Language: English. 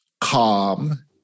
calm